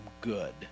good